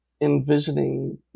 envisioning